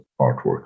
artwork